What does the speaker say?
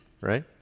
right